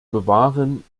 bewahren